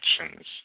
actions